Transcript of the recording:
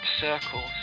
circles